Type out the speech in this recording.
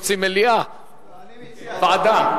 רוצים מליאה או ועדה?